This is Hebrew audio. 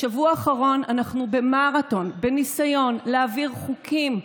בשבוע האחרון אנחנו במרתון, בניסיון להעביר חוקים,